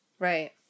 Right